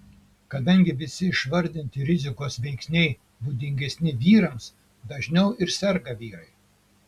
kadangi visi išvardinti rizikos veiksniai būdingesni vyrams dažniau ir serga vyrai